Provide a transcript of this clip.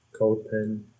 CodePen